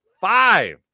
five